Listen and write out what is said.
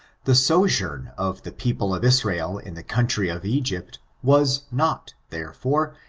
the sojourn of the people of israel in the country of egypt, was not, therefore,